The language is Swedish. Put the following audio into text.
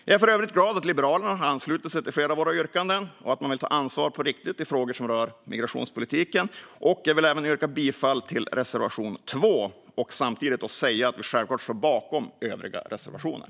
Jag är för övrigt glad över att Liberalerna har anslutit sig till flera av våra yrkanden och att de vill ta ansvar på riktigt i frågor som rör migrationspolitiken. Jag vill även yrka bifall till reservation 2 och samtidigt säga att vi självklart står bakom våra övriga reservationer.